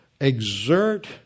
exert